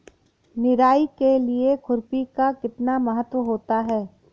निराई के लिए खुरपी का कितना महत्व होता है?